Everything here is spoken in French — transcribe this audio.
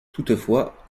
toutefois